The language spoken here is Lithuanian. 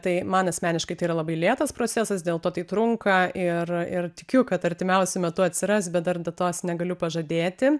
tai man asmeniškai tai yra labai lėtas procesas dėl to tai trunka ir ir tikiu kad artimiausiu metu atsiras bet dar datos negaliu pažadėti